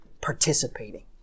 participating